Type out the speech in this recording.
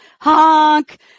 honk